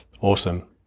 awesome